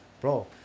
bro